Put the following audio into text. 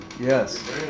Yes